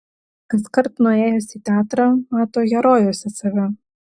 kaskart nuėjęs į teatrą mato herojuose save